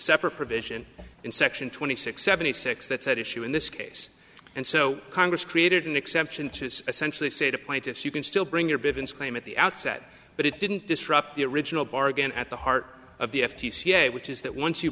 separate provision in section twenty six seventy six that's at issue in this case and so congress created an exception to this essentially say the plaintiffs you can still bring your bivins claim at the outset but it didn't disrupt the original bargain at the heart of the f t c day which is that once you